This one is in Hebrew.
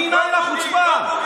מניין החוצפה?